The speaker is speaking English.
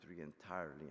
entirely